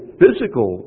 physical